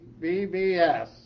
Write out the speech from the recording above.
BBS